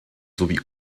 sowie